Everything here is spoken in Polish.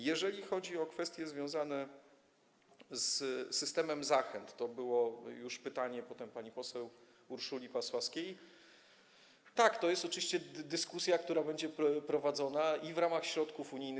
Jeżeli chodzi o kwestie związane z systemem zachęt - to było już pytanie pani poseł Urszuli Pasławskiej - tak, to jest oczywiście dyskusja, która będzie prowadzona w ramach środków unijnych.